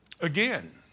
again